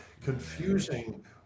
confusing